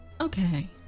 Okay